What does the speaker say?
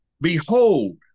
Behold